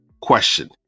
Question